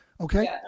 okay